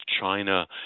China